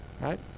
right